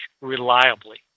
reliably